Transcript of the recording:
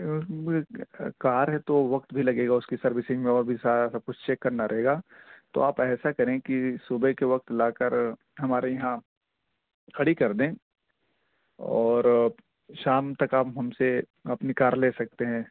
کار ہے تو وقت بھی لگے گا اس کی سروسنگ میں اور بھی سارا سب کچھ چیک کرنا رہے گا تو آپ ایسا کریں کہ صبح کے وقت لا کر ہمارے یہاں کھڑی کر دیں اور شام تک آپ ہم سے اپنی کار لے سکتے ہیں